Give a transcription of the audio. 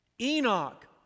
Enoch